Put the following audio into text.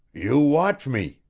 you watch me,